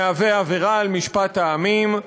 מהווה עבירה על משפט העמים,